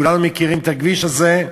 כולנו מכירים את הכביש הזה,